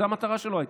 זאת הייתה המטרה שלו.